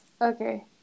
Okay